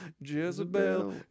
Jezebel